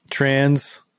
Trans